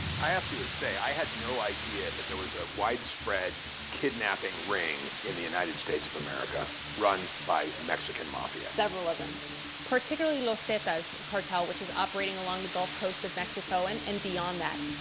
i have to say, i had no idea that there was a widespread kidnapping ring in the united states of america run by mexican mafia. several of them particularly los zetas cartel, which is operating along the gulf coast of mexico and and beyond that.